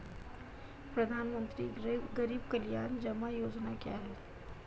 प्रधानमंत्री गरीब कल्याण जमा योजना क्या है?